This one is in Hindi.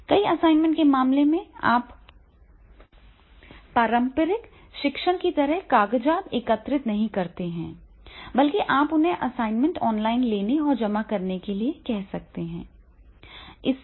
कई असाइनमेंट के मामले में आप पारंपरिक शिक्षण की तरह कागजात एकत्र नहीं करते हैं बल्कि आप उन्हें असाइनमेंट ऑनलाइन लेने और जमा करने के लिए कह सकते हैं